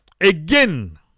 again